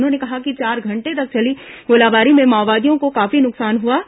उन्होंने कहा कि चार घंटे तक चली गोलीबारी में माओवादियों को काफी नुकसान हुआ है